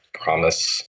promise